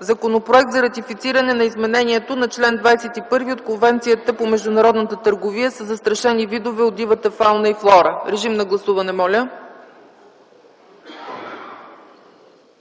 Законопроекта за ратифициране на изменението на чл. ХХІ от Конвенцията по международната търговия със застрашени видове от дивата фауна и флора. Гласували